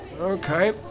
Okay